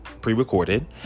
pre-recorded